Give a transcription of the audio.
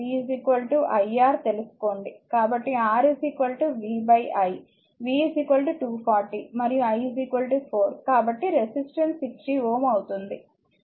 కాబట్టి R v i v 240 మరియు i 4 కాబట్టిరెసిస్టెన్స్ 60 Ω అవుతుంది